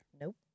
Nope